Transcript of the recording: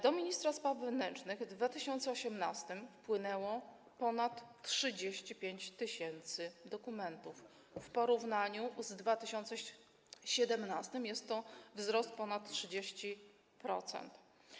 Do ministra spraw wewnętrznych w 2018 wpłynęło ponad 35 tys. dokumentów, w porównaniu z 2017 r. jest to wzrost o ponad 30%.